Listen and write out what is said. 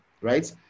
right